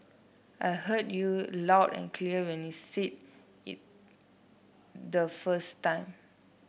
I heard you loud and clear when you said it the first time